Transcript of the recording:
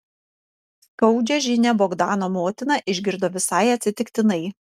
skaudžią žinią bogdano motina išgirdo visai atsitiktinai